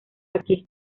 aquí